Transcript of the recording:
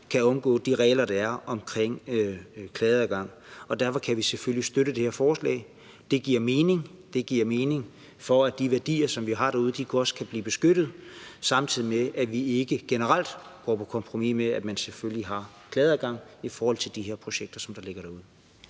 kan undgå de regler, der er, omkring klageadgang. Derfor kan vi selvfølgelig støtte det her forslag. Det giver mening. Det giver mening, i forhold til at de værdier, vi har derude, også kan blive beskyttet, samtidig med at vi ikke generelt går på kompromis med, at man selvfølgelig har klageadgang i forhold til de her projekter, som ligger derude.